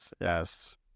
yes